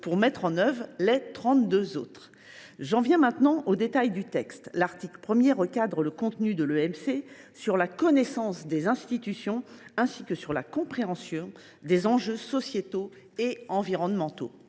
pour mettre en œuvre les trente deux autres ! J’en viens au détail du texte. L’article 1 recentre le contenu de l’EMC sur la connaissance des institutions et sur la compréhension des enjeux sociétaux et environnementaux.